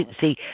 See